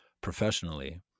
professionally